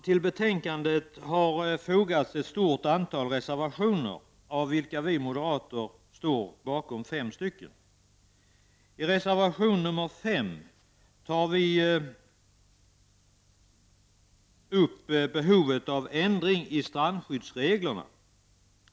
Till betänkandet har fogats ett stort antal reservationer av vilka vi moderater står bakom fem. I reservation 5 tar vi upp behovet av ändring av strandskyddsreglerna.